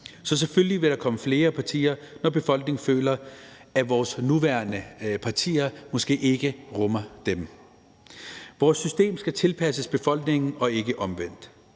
Så selvfølgelig vil der komme flere partier, når befolkningen føler, at vores nuværende partier måske ikke rummer dem. Vores system skal tilpasses befolkningen og ikke omvendt.